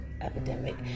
Epidemic